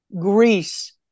Greece